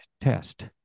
test